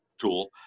tool